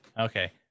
Okay